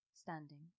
standing